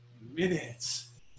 minutes